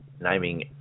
naming